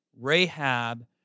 Rahab